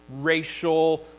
racial